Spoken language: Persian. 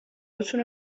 هاتون